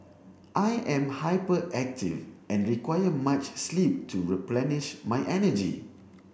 I am hyperactive and require much sleep to replenish my energy